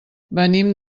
venim